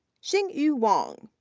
xingyu wang,